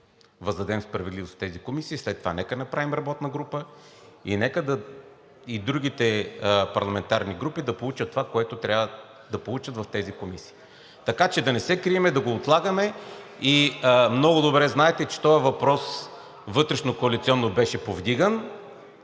въздадем справедливост в тези комисии, след това нека направим работна група и нека и другите парламентарни групи да получат това, което трябва да получат в тези комисии. Така че да не се крием и да го отлагаме. Много добре знаете, че този въпрос вътрешнокоалиционно беше повдиган